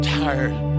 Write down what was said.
tired